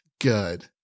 good